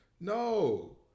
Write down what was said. No